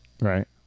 Right